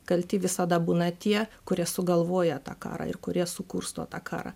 kalti visada būna tie kurie sugalvoja tą karą ir kurie sukursto tą karą